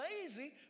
lazy